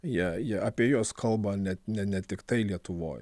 jie jie apie juos kalba net ne ne tiktai lietuvoj